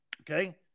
Okay